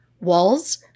walls